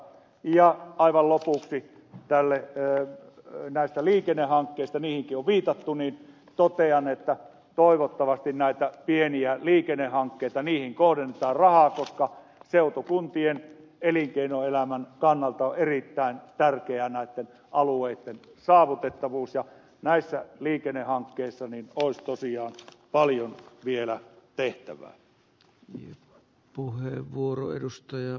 ja aivan lopuksi näistä liikennehankkeista kun niihinkin on viitattu totean että toivottavasti näihin pieniin liikennehankkeisiin kohdennetaan rahaa koska seutukuntien elinkeinoelämän kannalta on erittäin tärkeää näitten alueitten saavutettavuus ja näissä liikennehankkeissa olisi tosiaan paljon vielä tehtävää